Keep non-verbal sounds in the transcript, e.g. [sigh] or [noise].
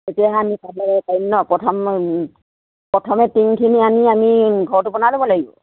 [unintelligible] প্ৰথমে টিংখিনি আনি আমি ঘৰটো বনাই ল'ব লাগিব